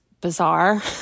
bizarre